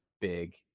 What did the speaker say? big